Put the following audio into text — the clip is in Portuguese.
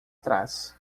trás